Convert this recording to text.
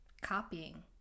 copying